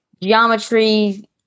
geometry